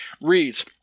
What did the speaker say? reads